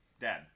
Dad